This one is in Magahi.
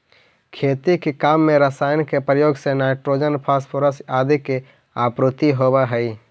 खेती के काम में रसायन के प्रयोग से नाइट्रोजन, फॉस्फोरस आदि के आपूर्ति होवऽ हई